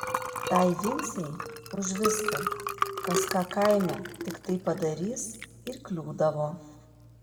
tai vincei už viską kas ką kaime tiktai padarys ir kliūdavo